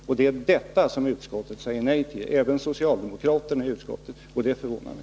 Och det är detta som utskottet säger nej till, även socialdemokraterna i utskottet, vilket förvånar mig.